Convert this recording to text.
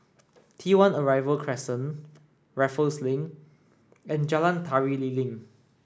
T one Arrival Crescent Raffles Link and Jalan Tari Lilin